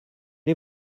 est